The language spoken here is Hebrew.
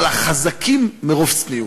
אבל החזקים מרוב צניעות,